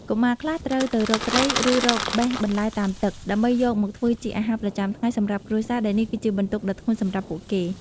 កុមារខ្លះត្រូវទៅរកត្រី ឬរកបេះបន្លែតាមទឹក ដើម្បីយកមកធ្វើជាអាហារប្រចាំថ្ងៃសម្រាប់គ្រួសារ ដែលនេះគឺជាបន្ទុកដ៏ធ្ងន់សម្រាប់ពួកគេ។